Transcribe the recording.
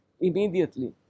immediately